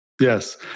Yes